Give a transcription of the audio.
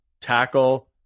tackle